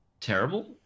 terrible